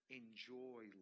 enjoy